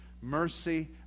Mercy